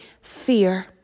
fear